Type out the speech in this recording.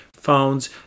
found